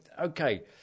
Okay